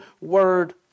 word